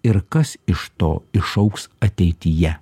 ir kas iš to išaugs ateityje